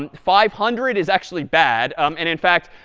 and five hundred is actually bad. and in fact,